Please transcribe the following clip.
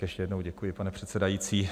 Ještě jednou děkuji, pane předsedající.